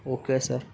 okay sir